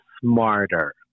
smarter